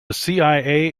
cia